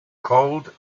cold